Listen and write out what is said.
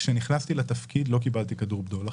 כשנכנסתי לתפקיד לא קיבלתי כדור בדולח,